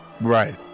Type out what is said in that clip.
Right